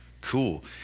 Cool